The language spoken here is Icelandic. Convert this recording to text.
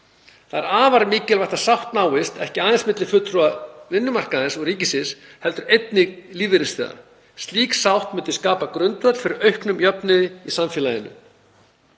Það er afar mikilvægt að sátt náist, ekki aðeins milli fulltrúa vinnumarkaðarins og ríkisins heldur einnig lífeyrisþega. Slík sátt myndi skapa grundvöll fyrir auknum jöfnuði í samfélaginu.